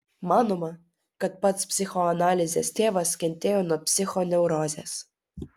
manoma kad pats psichoanalizės tėvas kentėjo nuo psichoneurozės